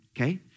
okay